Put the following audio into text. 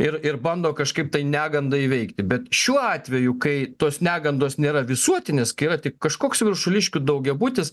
ir ir bando kažkaip tai negandą įveikti bet šiuo atveju kai tos negandos nėra visuotinis kai yra tik kažkoks viršuliškių daugiabutis